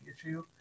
issue